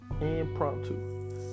Impromptu